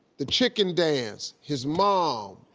the chicken dance, his mom,